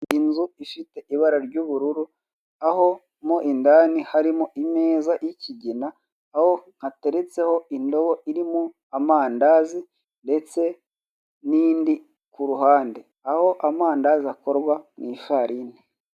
Inzu ifite ibara ry'ubururu, aho mo indani harimo imeza y'ikigina, aho hateretseho indobo irimo amandandazi ndetse n'indi kuruhande, aho amandazi akorwa mu ifarini.